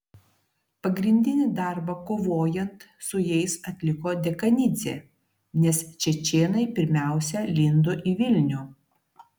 pagrindinį darbą kovojant su jais atliko dekanidzė nes čečėnai pirmiausia lindo į vilnių